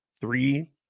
Three